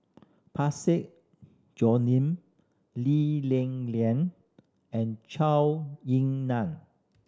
Parsick Lee Li Lian and Ying Nan